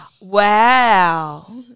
Wow